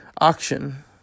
auction